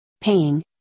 paying